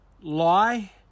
lie